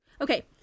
Okay